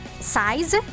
size